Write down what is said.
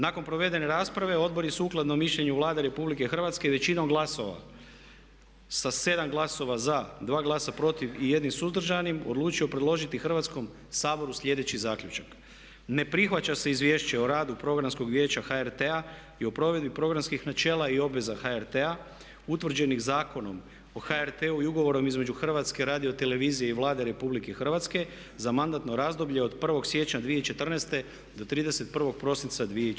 Nakon provedene rasprave odbor je sukladno mišljenju Vlade Republike Hrvatske većinom glasova sa 7 glasova za, 2 glasa protiv i 1 suzdržanim odlučio predložiti Hrvatskom saboru sljedeći zaključak: „Ne prihvaća se Izvješće o radu Programskog vijeća HRT-a i o provedbi programskih načela i obveza HRT-a utvrđenih Zakonom o HRT-u i Ugovorom između HRT-a i Vlade Republike Hrvatske za mandatno razdoblje od 1. siječnja 2014. do 31. prosinca 2014.